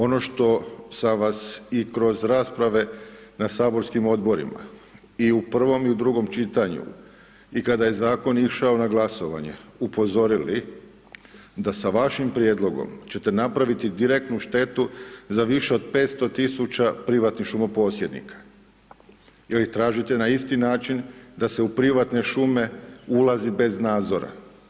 Ono što sam vas i kroz rasprave na saborskim Odborima, i u prvom, i u drugom čitanju, i kada je Zakon išao na glasovanje, upozorili da sa vašim prijedlogom će te napraviti direktnu štetu za više od 500.000 privatnih šumoposjednika, jer tražite na isti način da se u privatne šume ulazi bez nadzora.